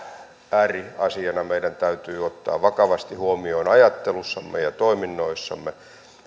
ääriasiana meidän täytyy ottaa vakavasti huomioon ajattelussamme ja toiminnoissamme